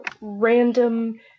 random